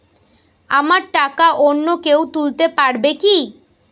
আমার টাকা অন্য কেউ তুলতে পারবে কি?